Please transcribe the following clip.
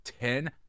ten